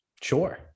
Sure